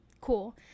Cool